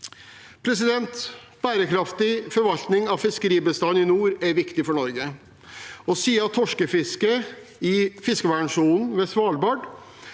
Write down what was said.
innflytelse. Bærekraftig forvaltning av fiskebestanden i nord er viktig for Norge. Siden torskefisket i fiskevernsonen ved Svalbard